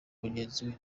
mugenzi